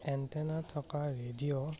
antenna থকা radio